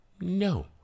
No